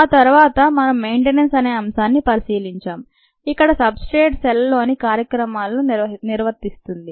ఆ తరువాత మనం మెయింటెనెన్స్నిర్వహణ అనే అంశాన్ని పరిశీలించాం ఇక్కడ సబ్ స్ట్రేట్ సెల్లోని కార్యక్రమాలను నిర్వర్తిస్తుంది